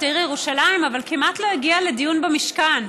העיר ירושלים אבל כמעט לא הגיע לדיון במשכן,